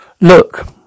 Look